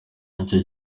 icyo